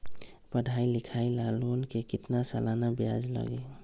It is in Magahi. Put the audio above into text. पढाई लिखाई ला लोन के कितना सालाना ब्याज लगी?